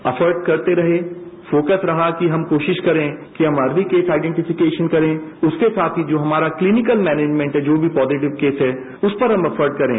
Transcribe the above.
एकट्र करते रहे फोकस रहा कि हम कोशिश करें कि हम हर दिन केस आइडेन्टिकिकेशन करे उसके साथ ही जो हमारा वलीनिकल मैनेजमैन्ट है जो पॉजिटिव केस है उस पर हम एकर्ट करे